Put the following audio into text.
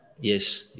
Yes